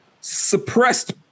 suppressed